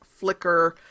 Flickr